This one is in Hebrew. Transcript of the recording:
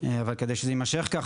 אבל כדי שזה ימשך ככה,